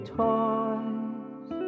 toys